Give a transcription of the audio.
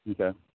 okay